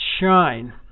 shine